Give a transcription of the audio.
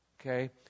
Okay